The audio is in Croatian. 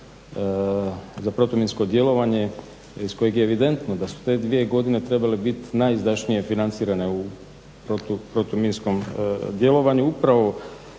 za protuminsko djelovanje iz kojeg je evidentno da su te dvije godine trebale biti najizdašnije financirane u protuminskom djelovanju